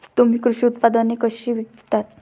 तुम्ही कृषी उत्पादने कशी विकता?